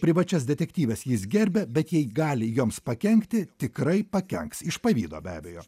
privačias detektyves jis gerbia bet jei gali joms pakenkti tikrai pakenks iš pavydo be abejo